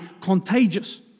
contagious